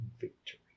victory